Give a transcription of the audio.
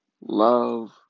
love